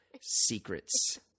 secrets